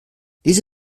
diese